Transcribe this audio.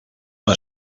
una